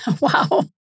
Wow